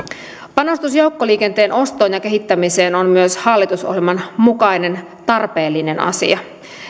panostus joukkoliikenteen ostoon ja kehittämiseen on myös hallitusohjelman mukainen tarpeellinen asia